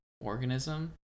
organism